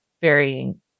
varying